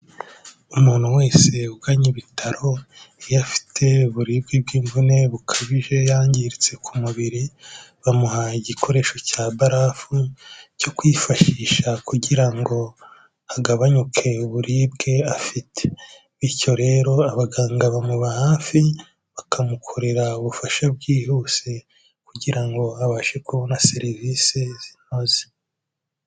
Umuntu wese uganye ibitaro, iyo afite uburibwe bw'imvune bukabije yangiritse ku mubiri bamuha igikoresho cya barafu cyo kwifashisha kugira ngo agabanyuke uburibwe afite, bityo rero abaganga bamuba hafi bakamukorera ubufasha bwihuse kugira ngo abashe kubona serivisi zinoze.